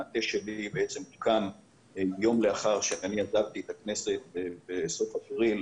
המטה שלי בעצם הוקם יום לאחר שעזבתי את הכנסת בסוף אפריל,